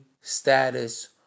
status